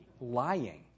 Lying